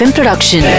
Production